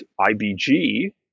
IBG